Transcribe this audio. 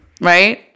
right